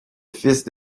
fils